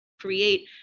create